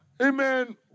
amen